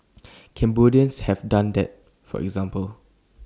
Cambodians have done that for example